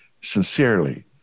Sincerely